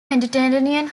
mediterranean